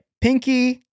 pinky